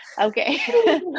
okay